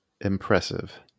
impressive